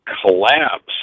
collapse